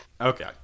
Okay